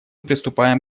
приступаем